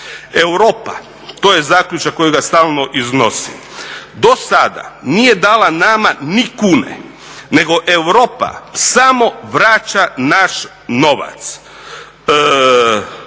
Europa to je zaključak kojega stalno iznosim, do sada nije dala nama ni kune, nego Europa samo vraća naš novac.